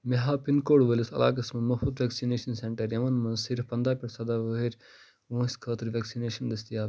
مےٚ ہاو pin code وٲلِس علاقس مَنٛز مُفٕط وٮ۪کسِنیشن سٮ۪نٹر یِمَن مَنٛز صِرف پنٛداہ پٮ۪ٹھ سداہ وُہٕرۍ وٲنٛسہِ خٲطرٕ وٮ۪کسِنیشن دٔستِیاب